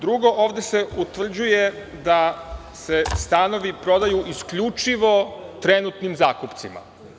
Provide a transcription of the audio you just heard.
Drugo, ovde se utvrđuje da se stanovi prodaju isključivo trenutnim zakupcima.